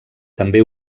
també